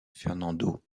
fernando